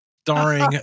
starring